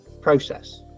process